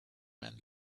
man